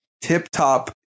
Tip-top